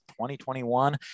2021